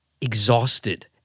exhausted